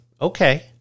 Okay